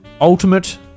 Ultimate